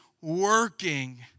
working